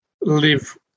live